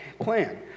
plan